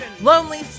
Lonely